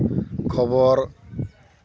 ᱠᱷᱚᱵᱚᱨ